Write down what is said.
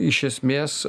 iš esmės